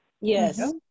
Yes